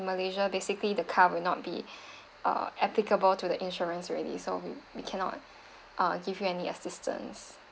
malaysia basically the car will not be err applicable to the insurance already so we we cannot uh give you any assistance